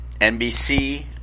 NBC